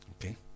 Okay